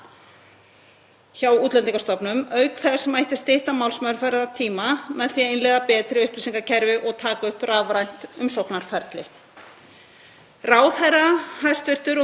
ráðherra og þingmenn sem þá tóku þátt í umræðunni voru sammála um mikilvægi þess að leggja áherslu á innleiðingu rafrænnar stjórnsýslu á þessu sviði.